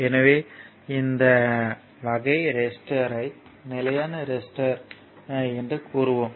எனவே இந்த வகையை ரெசிஸ்டர்யை நிலையான ரெசிஸ்டர் என்று கூறுவோம்